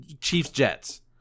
Chiefs-Jets